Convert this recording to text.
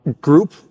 group